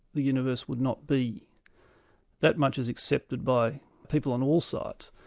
the universe would not be that much is accepted by people on all sides.